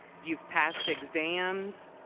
you have passed exams.